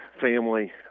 family